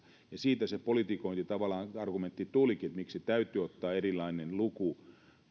ja siitä se politikointiargumentti tavallaan tulikin että miksi täytyy ottaa erilainen luku